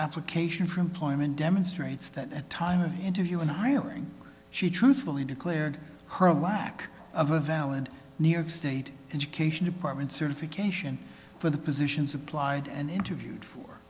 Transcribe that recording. application for employment demonstrates that time interview in hiring she truthfully declared her own lack of a valid new york state education department certification for the positions applied and interviewed for